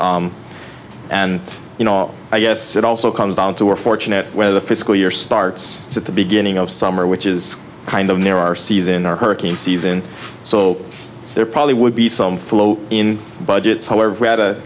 e and you know i guess it also comes down to we're fortunate where the fiscal year starts at the beginning of summer which is kind of near our season or hurricane season so there probably would be some flow in budgets however